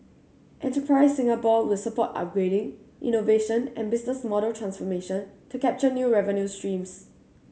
Enterprise Singapore will support upgrading innovation and business model transformation to capture new revenue streams